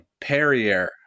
perrier